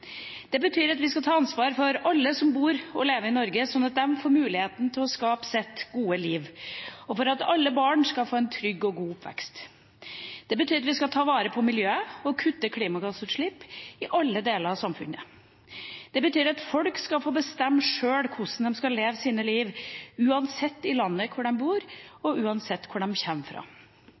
Det betyr at vi skal ta ansvar for alle som bor og lever i Norge, sånn at de får mulighet til å skape seg et godt liv, og for at alle barn skal få en trygg og god oppvekst. Det betyr at vi skal ta vare på miljøet og kutte klimagassutslipp i alle deler av samfunnet. Det betyr at folk skal få bestemme sjøl hvordan de skal leve sitt liv, uansett hvor i landet de bor, og uansett hvor de kommer fra.